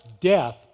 death